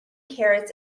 carrots